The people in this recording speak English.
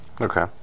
okay